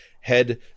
head